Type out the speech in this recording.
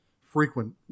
frequent